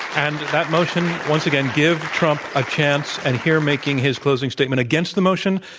and that motion, once again, give trump a chance, and here making his closing statement against the motion,